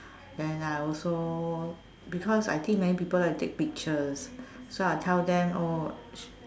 then I also because I think many people like to take pictures so I will tell them oh